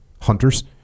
hunters